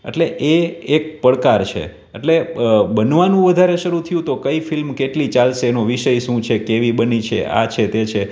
એટલે એ એક પડકાર છે એટલે બનવાનું વધારે શરૂ થયું તો કઈ ફિલ્મ કેટલી ચાલશે એનો વિષય શું છે કેવી બની છે આ છે તે છે